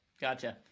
gotcha